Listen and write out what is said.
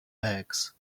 bags